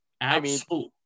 absolute